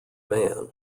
man